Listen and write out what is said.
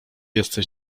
jesteś